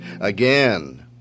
Again